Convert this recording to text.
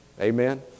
Amen